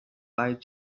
lied